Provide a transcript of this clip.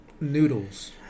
noodles